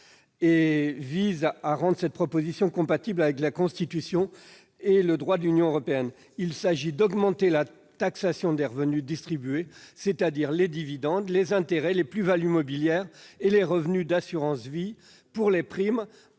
et vise à la rendre compatible avec la Constitution et le droit de l'Union européenne. Il s'agit d'augmenter la taxation des revenus distribués, c'est-à-dire les dividendes, les intérêts, les plus-values mobilières et les revenus d'assurance vie pour les primes,